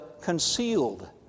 concealed